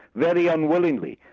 very unwillingly.